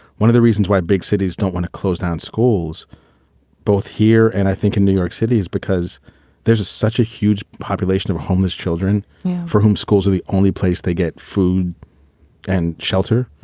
one of the reasons why big cities don't want to close down schools both here and i think in new york city is because there's such a huge population of homeless children for whom schools are the only place they get food and shelter.